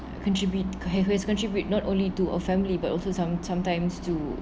contribute who has contribute not only to a family but also some sometimes to